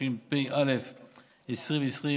התשפ״א 2020,